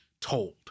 told